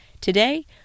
Today